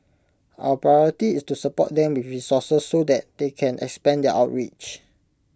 our priority is to support them with resources so that they can expand their outreach